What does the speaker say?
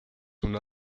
una